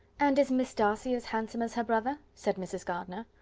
and is miss darcy as handsome as her brother? said mrs. gardiner.